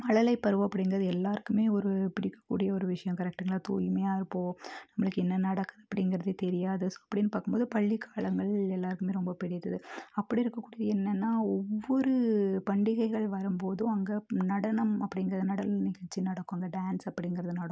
மழலை பருவம் அப்படிங்கிறது எல்லாருக்குமே ஒரு பிடிக்க கூடிய ஒரு விஷயம் கரெக்டுங்களா தூய்மையாக இருப்போம் நம்மளுக்கு என்ன நடக்கிறது அப்படிங்கிறதே தெரியாது ஸோ அப்படின்னு பார்க்கும் போது பள்ளி காலங்கள் எல்லாருக்குமே ரொம்ப பிடித்தது அப்படியிருக்கக்கூடிய என்னன்னா ஒவ்வொரு பண்டிகைகள் வரும்போதும் அங்கே நடனம் அப்படிங்கிற நடன நிகழ்ச்சி நடக்கும் அந்த டான்ஸ் அப்படிங்கிறது நடக்கும்